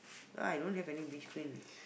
I don't have any beach cream